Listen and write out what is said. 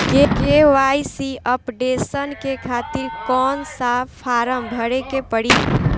KYC updation के खातिर कौन सा फारम भरे के पड़ी?